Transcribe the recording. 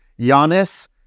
Giannis